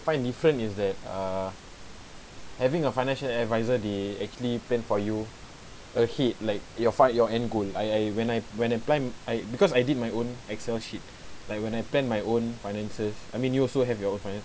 find different is that uh having a financial advisor they actually plan for you ahead like your fight your end goal I I when I when I plan I because I did my own excel sheet like when I plan my own finances I mean you also have your finance